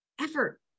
effort